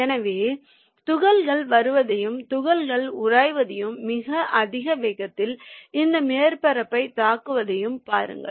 எனவே துகள்கள் வருவதையும் துகள்களை உயர்த்துவதையும் மிக அதிக வேகத்தில் இந்த மேற்பரப்பைத் தாக்குவதையும் பாருங்கள்